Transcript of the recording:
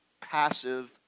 passive